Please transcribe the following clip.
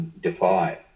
Defy